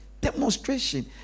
demonstration